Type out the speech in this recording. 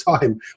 time